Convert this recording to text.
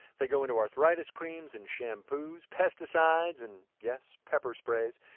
they go into arthritis creams and shampoos, pesticides and, yes, pepper sprays.